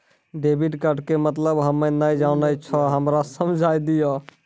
Debit card के मतलब हम्मे नैय जानै छौ हमरा समझाय दियौ?